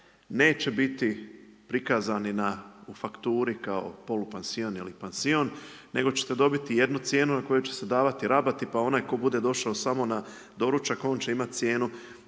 neće biti prikazani u fakturi kao polupansion ili pansion nego ćete dobiti jednu cijenu na koju će se davati rabati pa onaj tko bude došao samo na doručak, on će imati cijenu